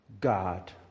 God